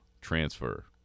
transfer